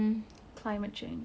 cause I rasa